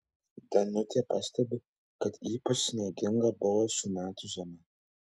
danutė pastebi kad ypač snieginga buvo šių metų žiema